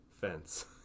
fence